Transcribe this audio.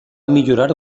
millorar